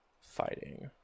fighting